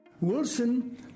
Wilson